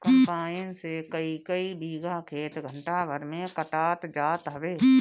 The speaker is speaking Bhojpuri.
कम्पाईन से कईकई बीघा खेत घंटा भर में कटात जात हवे